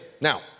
Now